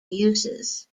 uses